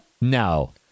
No